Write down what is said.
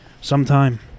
sometime